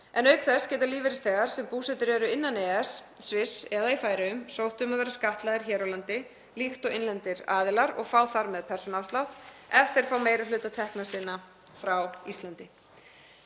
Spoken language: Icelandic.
en auk þess geta lífeyrisþegar sem búsettir eru innan EES, Sviss eða í Færeyjum sótt um að vera skattlagðir hér á landi líkt og innlendir aðilar og fá þar með persónuafslátt ef þeir fá meiri hluta tekna sinna frá Íslandi.